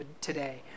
today